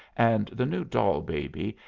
and the new doll-baby,